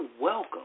welcome